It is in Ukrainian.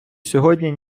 сьогодні